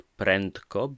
prędko